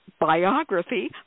biography